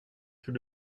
hur